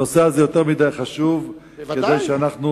הנושא הזה יותר מדי חשוב מכדי שאנחנו